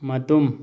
ꯃꯇꯨꯝ